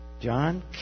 John